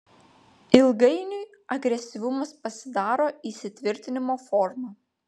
ilgainiui agresyvumas pasidaro įsitvirtinimo forma